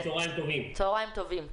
צוהריים טובים.